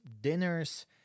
dinners